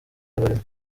abarimo